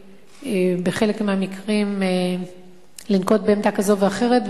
בחלק מהמקרים ביקשתי לנקוט עמדה כזאת או אחרת,